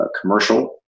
commercial